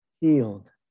healed